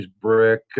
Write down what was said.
brick